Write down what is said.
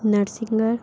नर्सिंगर